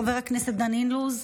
חבר הכנסת דן אילוז,